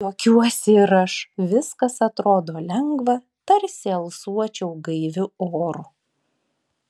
juokiuosi ir aš viskas atrodo lengva tarsi alsuočiau gaiviu oru